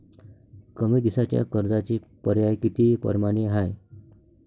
कमी दिसाच्या कर्जाचे पर्याय किती परमाने हाय?